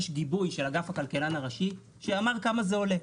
יש גיבוי של אגף הכלכלן הראשי שאמר כמה זה עולה.